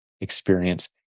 experience